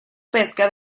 pesca